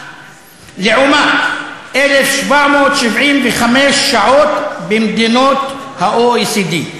לעומת 1,775 שעות במדינות ה-OECD.